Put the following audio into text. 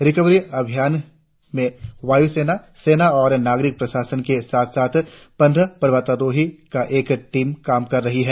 recovery अभियान में वायुसेना सेना और नागरिक प्रशासन के साथ साथ पंद्रह पर्वतारोहियों की एक टीम काम कर रही है